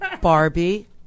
Barbie